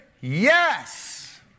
yes